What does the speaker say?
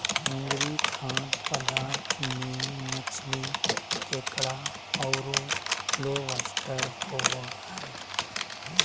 समुद्री खाद्य पदार्थ में मछली, केकड़ा औरो लोबस्टर होबो हइ